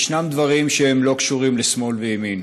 יש דברים שהם לא קשורים לשמאל וימין.